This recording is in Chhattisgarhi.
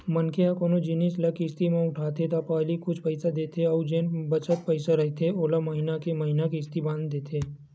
मनखे ह कोनो जिनिस ल किस्ती म उठाथे त पहिली कुछ पइसा देथे अउ जेन बचत पइसा रहिथे ओला महिना के महिना किस्ती बांध देथे